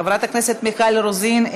חברת הכנסת מיכל רוזין,